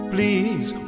Please